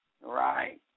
Right